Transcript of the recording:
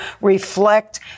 reflect